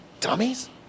dummies